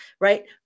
right